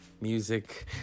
music